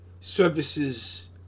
services